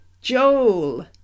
Joel